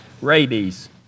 Rabies